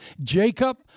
Jacob